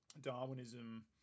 Darwinism